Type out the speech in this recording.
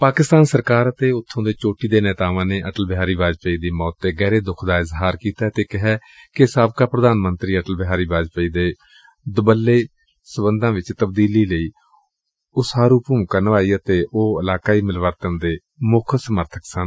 ਪਾਕਿਸਤਾਨ ਸਰਕਾਰ ਅਤੇ ਉੱਬੇ ਦੇ ਚੋਟੀ ਦੇ ਨੇਤਾਵਾਂ ਨੇ ਅਟਲ ਬਿਹਾਰੀ ਵਾਜਪਾਈ ਦੀ ਮੌਤ ਤੇ ਗਹਿਰੇ ਦੁੱਖ ਦਾ ਇਜ਼ਹਾਰ ਕੀਤੈ ਅਤੇ ਕਿਹੈ ਕਿ ਸਾਬਕਾ ਪੁਧਾਨ ਮੰਤਰੀ ਅਟਲ ਬਿਹਾਰੀ ਵਾਜਪਾਈ ਨੇ ਦੁਵੱਲੇ ਸਬੰਧਾਂ ਵਿਚ ਤਬਦੀਲੀ ਲਈ ਉਸਾਰੁ ਭੁਮਿਕਾ ਨਿਭਾਈ ਅਤੇ ਉਹ ਇਲਾਕਾਈ ਮਿਲਵਰਤਣ ਦੇ ਮੁੱਖ ਸਮਰਥਕ ਸਨ